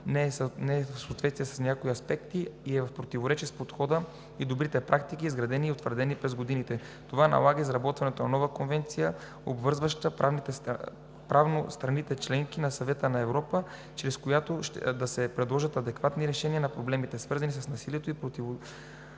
не е в съответствие, а в някои аспекти е и в противоречие с подхода и добрите практики, изградени и утвърдени през годините. Това налага изработването на нова конвенция, обвързваща правно страните – членки на Съвета на Европа, чрез която да се предложат адекватни решения на проблемите, свързани с насилието и противоправните